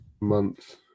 month